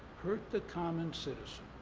hurt the common citizen.